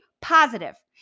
positive